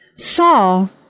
Saul